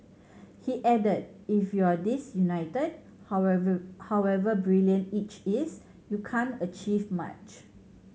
he added If you're disunited however however brilliant each is you can't achieve much